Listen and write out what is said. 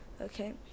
okay